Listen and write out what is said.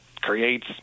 creates